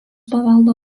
paveldo